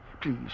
Please